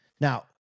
Now